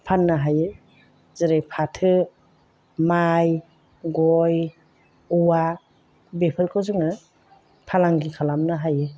फाननो हायो जेरै फाथो माइ गय औवा बेफोरखौ जोङो फालांगि खालामनो हायो